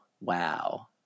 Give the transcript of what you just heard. wow